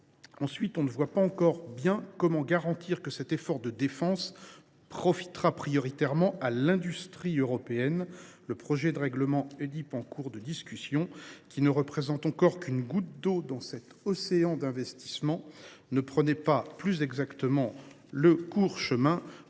Ensuite, on ne voit pas encore bien comment garantir que cet effort de défense profitera prioritairement à l’industrie européenne. Le projet de règlement Edip, qui est en cours de discussion, ne représente encore qu’une goutte d’eau dans l’océan des investissements nécessaires et ne prend pas exactement le plus court chemin